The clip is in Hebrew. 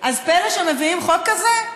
אז פלא שמביאים חוק כזה?